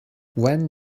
when